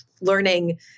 learning